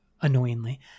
annoyingly